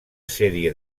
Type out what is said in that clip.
sèrie